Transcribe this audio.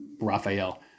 Raphael